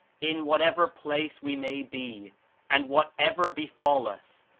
in whatever place we may be and whatever befall us,